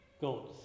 God's